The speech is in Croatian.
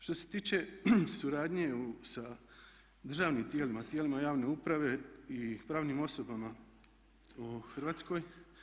Što se tiče suradnje sa državnim tijelima, tijelima javne uprave i pravnim osobama u Hrvatskoj.